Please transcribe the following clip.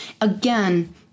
Again